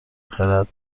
خرد